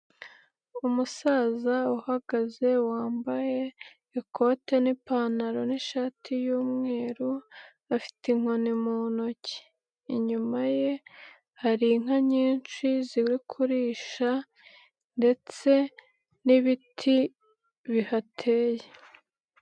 Umusaza uhagaze wambaye ikote n'ipantaro n'ishati y'umweru afite inkoni mu ntoki. Inyuma ye hari inka nyinshi ziri kurisha ndetse n'ibiti bihateye.